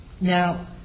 now